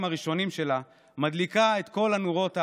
הראשונים שלה מדליקה את כל הנורות האדומות.